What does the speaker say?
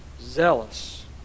Zealous